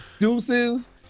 deuces